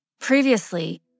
Previously